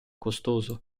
costoso